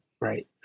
right